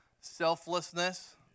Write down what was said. Selflessness